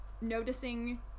noticing